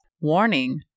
Warning